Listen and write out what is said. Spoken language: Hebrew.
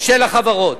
של החברות.